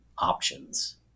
options